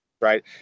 right